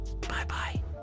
Bye-bye